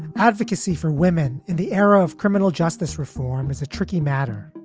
advocacy for women in the era of criminal justice reform is a tricky matter.